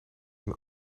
een